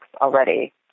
already